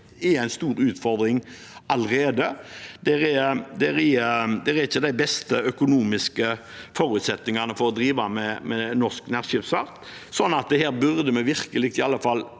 er en stor utfordring allerede. Det er ikke de beste økonomiske forutsetningene for å drive med norsk nærskipsfart, så her burde vi i alle fall